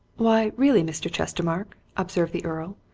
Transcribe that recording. why, really, mr. chestermarke, observed the earl,